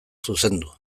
zuzendu